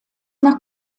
nach